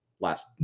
last